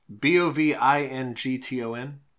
B-O-V-I-N-G-T-O-N